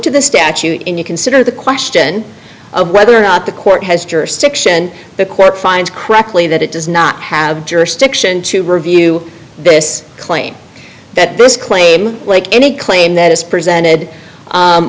to the statute and you consider the question of whether or not the court has jurisdiction the court finds correctly that it does not have jurisdiction to review this claim that this claim like any claim that is presented